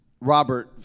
Robert